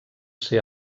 ser